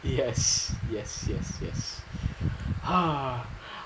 yes yes yes yes